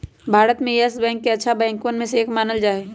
भारत में Yes Bank के अच्छा बैंकवन में से एक मानल जा हई